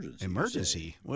Emergency